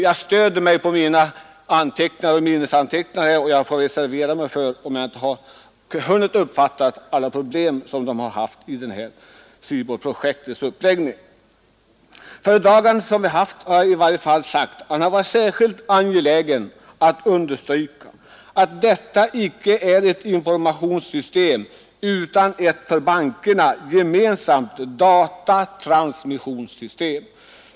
Jag stöder mig på mina minnesanteckningar om den saken och jag får reservera mig för om jag inte har hunnit uppfatta alla problem som man haft vid SIBOL-projektets uppläggning. Den föredragande som vi hört har i varje fall varit särskilt angelägen att understryka att detta icke är ett informationssystem utan ett för bankerna gemensamt datatransmissionssystem.